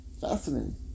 Fascinating